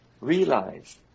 realize